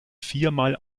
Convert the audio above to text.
viermal